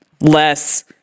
less